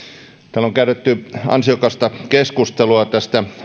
täällä on käyty ansiokasta keskustelua tästä